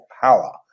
power